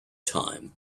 time